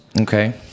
Okay